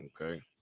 okay